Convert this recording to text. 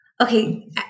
Okay